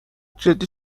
جدی